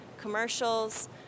commercials